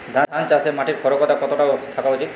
ধান চাষে মাটির ক্ষারকতা কত থাকা উচিৎ?